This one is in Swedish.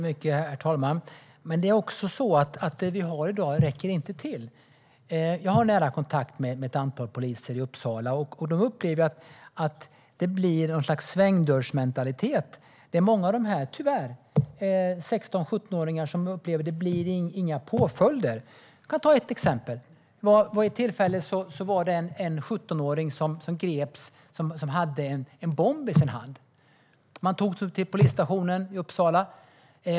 Herr talman! Det vi har i dag räcker inte till. Jag har nära kontakt med ett antal poliser i Uppsala. De upplever att det blir någon sorts svängdörrsmentalitet, att det tyvärr inte blir några påföljder för de här 16 och 17-åringarna. Till exempel greps en 17-åring som hade en bomb i sin hand. Han togs till polisstationen i Uppsala.